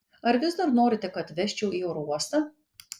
ar vis dar norite kad vežčiau į oro uostą